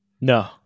no